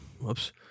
whoops